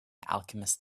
alchemist